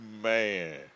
Man